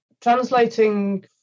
translating